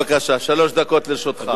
דקות לרשותך.